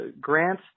Grant